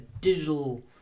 digital